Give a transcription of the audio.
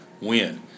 win